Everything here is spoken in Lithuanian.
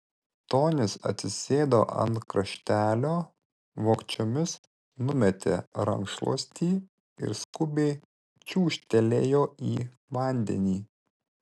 tonis atsisėdo ant kraštelio vogčiomis numetė rankšluostį ir skubiai čiūžtelėjo į vandenį